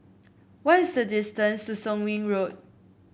what is the distance to Soon Wing Road